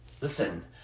Listen